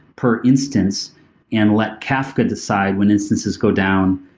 per instance and let kafka decide when instances go down,